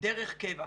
דרך קבע.